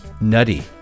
Nutty